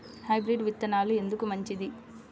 Hybrid విత్తనాలు ఎందుకు మంచిది?